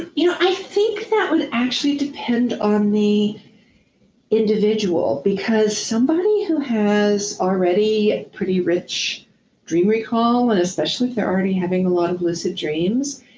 you know i think that would actually depend on the individual because somebody who has already a pretty rich dream recall and especially, if they're already having a lot of lucid dreams,